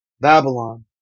Babylon